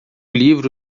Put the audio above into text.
livro